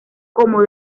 como